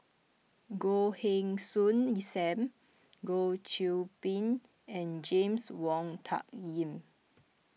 Goh Heng Soon Sam Goh Qiu Bin and James Wong Tuck Yim